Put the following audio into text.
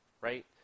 right